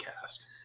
cast